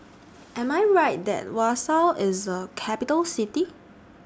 Am I Right that Warsaw IS A Capital City